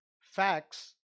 facts